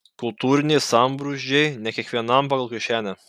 kultūriniai sambrūzdžiai ne kiekvienam pagal kišenę